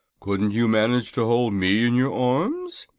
couldn't you manage to hold me in your arms?